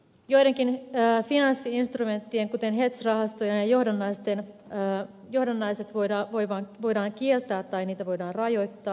jotkin finanssi instrumentit kuten hedge rahastot ja johdannaiset voidaan kieltää tai niitä voidaan rajoittaa